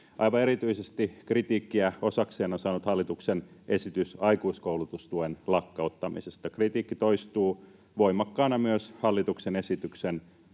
Aivan erityisesti kritiikkiä osakseen on saanut hallituksen esitys aikuiskoulutustuen lakkauttamisesta. Kritiikki toistuu voimakkaana myös hallituksen esityksen